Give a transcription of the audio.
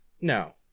No